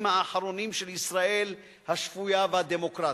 האחרונים של ישראל השפויה והדמוקרטית.